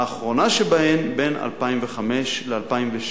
האחרונה שבהן היא בין 2005 ל-2006.